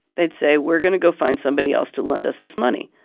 they'd say, we're going to go find somebody else to lend us this money.